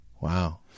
Wow